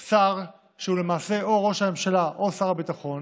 שר, שהוא למעשה או ראש הממשלה או שר הביטחון,